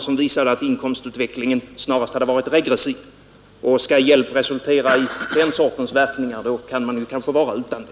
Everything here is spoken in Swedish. Den visade att inkomstutvecklingen snarast hade varit regressiv, och skall hjälpen resultera i den sortens verkningar, då kan man kanske vara utan den.